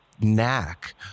knack